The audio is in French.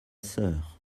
sœur